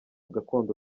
gakondo